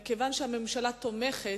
מכיוון שהממשלה תומכת,